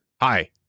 Hi